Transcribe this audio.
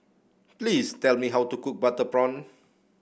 please tell me how to cook Butter Prawn